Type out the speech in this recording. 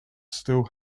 still